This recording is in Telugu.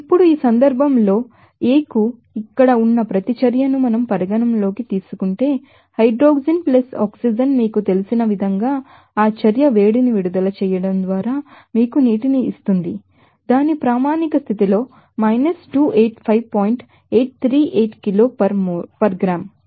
ఇప్పుడు ఈ సందర్భంలో ఎ కు ఇక్కడ ఉన్న ప్రతిచర్యను మనం పరిగణనలోకి తీసుకుంటే హైడ్రోజన్ ఆక్సిజన్ మీకు తెలిసినవిధంగా ఆ చర్య వేడిని విడుదల చేయడం ద్వారా మీకు ఆ నీటిని ఇస్తుంది దాని స్టాండర్డ్ కండిషన్ లో 285 పాయింట్ 838 kilo per gram